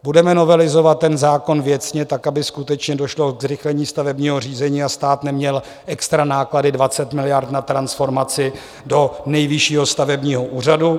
Budeme novelizovat ten zákon věcně tak, aby skutečně došlo ke zrychlení stavebního řízení a stát neměl extra náklady 20 miliard na transformaci do Nejvyššího stavebního úřadu.